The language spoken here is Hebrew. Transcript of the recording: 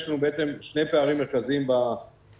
יש לנו בעצם שני פערים מרכזיים בטיפול,